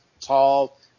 tall